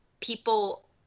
people